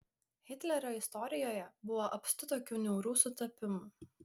hitlerio istorijoje buvo apstu tokių niaurių sutapimų